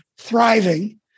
thriving